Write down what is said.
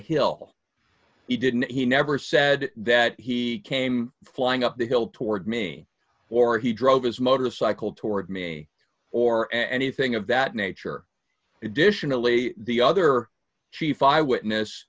hill he didn't he never said that he came flying up the hill toward me or he drove his motorcycle toward me or anything of that nature additionally the other chief eyewitness